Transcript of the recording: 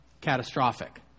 catastrophic